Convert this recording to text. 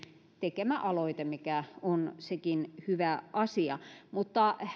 tekemä aloite mikä on sekin hyvä asia mutta